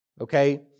okay